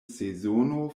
sezono